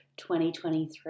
2023